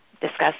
discuss